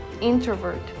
introvert